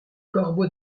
corbeau